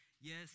Yes